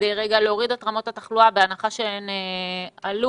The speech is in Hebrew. כדי להוריד את רמות התחלואה, בהנחה שהן עלו,